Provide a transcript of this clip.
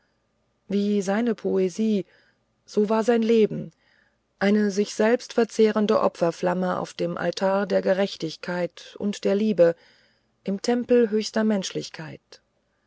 wie seine poesie so war sein leben eine sich selbst verzehrende opferflamme auf dem altar der gerechtigkeit und der liebe im tempel höchster menschlichkeit